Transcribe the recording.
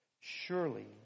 Surely